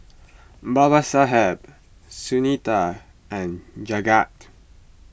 Babasaheb Sunita and Jagat